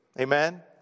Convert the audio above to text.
Amen